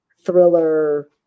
thriller